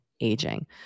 aging